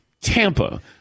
Tampa